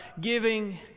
giving